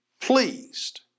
pleased